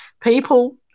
People